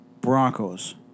Broncos